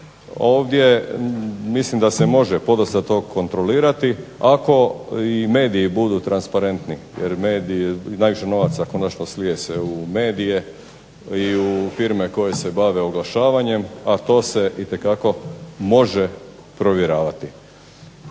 Ovdje mislim da se može podosta toga kontrolirati ako i mediji budu transparentni jer konačno najviše novaca slije se u medije i u firme koje se bave oglašavanjem a to se itekako može provjeravati.